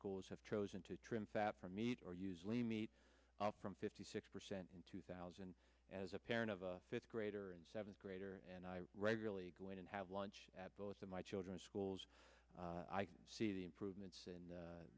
schools have chosen to trim fat from meat or use lean meat up from fifty six percent in two thousand as a parent of a fifth grader and seventh grader and i regularly go in and have lunch at both of my children's schools i can see the improvements